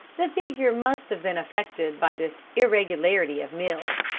the figure must have been affected by this irregularity of meals.